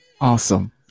awesome